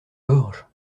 gorge